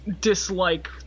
dislike